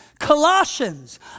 Colossians